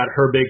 Herbig